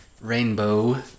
Rainbow